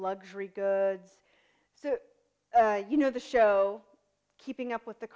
luxury goods you know the show keeping up with the